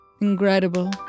incredible